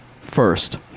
First